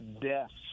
deaths